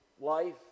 life